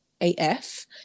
AF